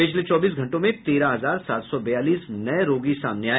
पिछले चौबीस घंटों में तेरह हजार सात सौ बयालीस नये रोगी सामने आए